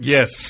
Yes